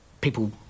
people